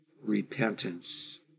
repentance